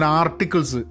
articles